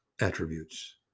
attributes